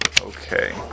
Okay